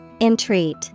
Entreat